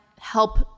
help